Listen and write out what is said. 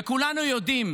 וכולנו יודעים